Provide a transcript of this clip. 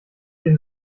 den